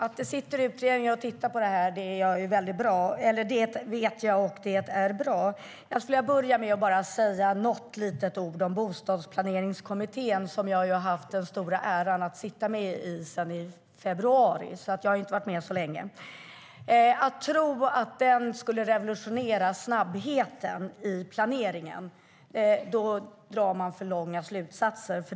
Herr talman! Jag vet att det sitter utredare och tittar på detta, och det är bra. Jag vill säga några ord om Bostadsplaneringskommittén, som jag har haft den stora äran att sitta med i sedan i februari. Jag har inte varit med så länge. Att tro att den skulle revolutionera snabbheten i planeringen är att dra för långtgående slutsatser.